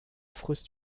affreuse